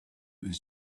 was